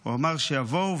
הוא אמר שיבואו,